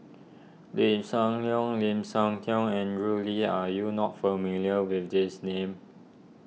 Lim Siah Lim Siah Tong Andrew Lee are you not familiar with these names